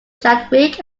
chadwick